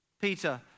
Peter